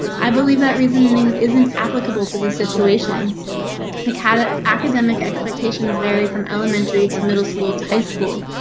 i believe that reasoning isn't applicable to the situation academy. academic expectations vary from elementary to middle school to high school,